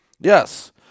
Yes